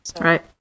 right